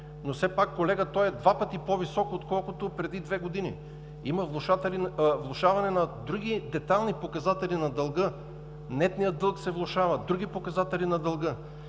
Но все пак, колега, той е два пъти по-висок отколкото преди две години. Има влошаване на други детайлни показатели на дълга – нетният дълг се влошава, други показатели на дълга.